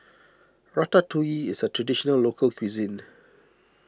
Ratatouille is a Traditional Local Cuisine